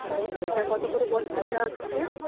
আচ্ছা ওইটা কতো করে বস্তা দেয়া হচ্ছে